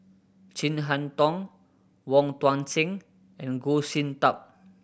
Chin Harn Tong Wong Tuang Seng and Goh Sin Tub